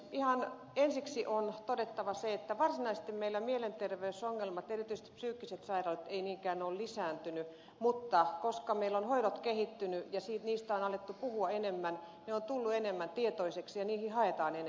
ihan ensiksi on todettava se että varsinaisesti meillä mielenterveysongelmat erityisesti psyykkiset sairaudet eivät niinkään ole lisääntyneet mutta koska meillä hoidot ovat kehittyneet ja niistä on alettu puhua enemmän niistä on tultu enemmän tietoiseksi ja niihin haetaan enemmän apua